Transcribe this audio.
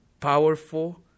powerful